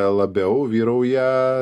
labiau vyrauja